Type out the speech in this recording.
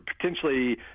potentially